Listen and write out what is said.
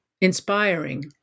inspiring